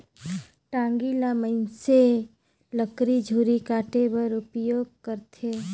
टागी ल मइनसे लकरी झूरी काटे बर उपियोग करथे